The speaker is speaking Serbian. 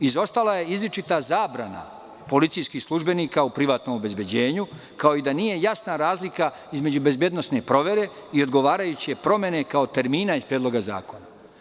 Izostala je izričita zabrana policijskih službenika u privatnom obezbeđenju, kao i da nije jasna razlika između bezbednosne provere i odgovarajuće promene kao termina iz Predloga zakona.